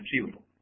achievable